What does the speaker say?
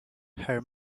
her